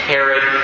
Herod